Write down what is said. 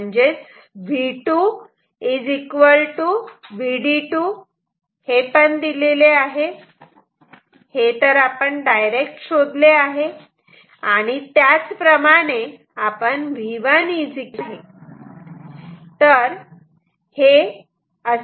म्हणजेच V2 Vd2 हे दिलेले आहे हे आपण डायरेक्ट शोधले आहे त्याचप्रमाणे V1 Vd1 हेसुद्धा आपण शोधले आहे